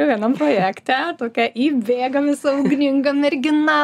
vienam projekte tokia įbėga visa ugninga mergina